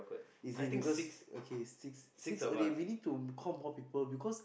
is it because okay six six only we need to call more people because